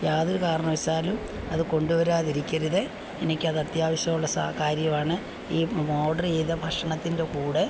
യാതൊരു കാരണവശാലും അത് കൊണ്ടുവരാതിരിക്കരുതേ എനിക്ക് അത് അത്യാവശ്യമുള്ള സാ കാര്യമാണ് ഈ ഓർഡർ ചെയ്ത ഭക്ഷണത്തിൻ്റെ കൂടെ